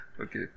Okay